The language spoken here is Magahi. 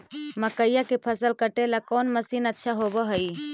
मकइया के फसल काटेला कौन मशीन अच्छा होव हई?